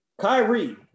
Kyrie